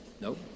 Nope